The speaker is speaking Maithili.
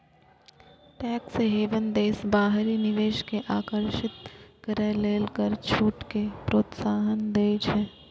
टैक्स हेवन देश बाहरी निवेश कें आकर्षित करै लेल कर छूट कें प्रोत्साहन दै छै